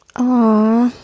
oh,